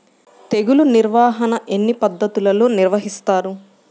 తెగులు నిర్వాహణ ఎన్ని పద్ధతులలో నిర్వహిస్తారు?